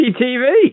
TV